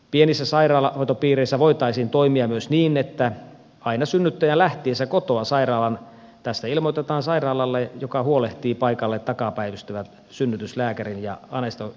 pienissä sairaanhoitopiireissä voitaisiin toimia myös niin että aina synnyttäjän lähtiessä kotoa tästä ilmoitetaan sairaalalle joka huolehtii paikalle takapäivystävän synnytyslääkärin ja anestesiologin